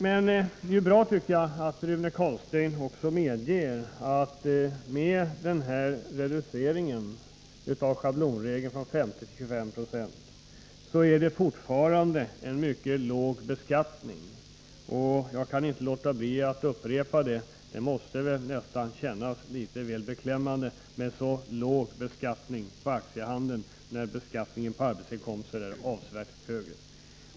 Men det är bra att Rune Carlstein också medger att det med den här reduceringen av schablonvärdet från 50 till 25 9 fortfarande är en mycket låg beskattning. Jag kan inte låta bli att upprepa det — det måste väl kännas litet beklämmande med så låg beskattning på aktiehandeln, när beskattningen på arbetsinkomster är avsevärt högre.